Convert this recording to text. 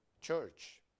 church